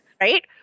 Right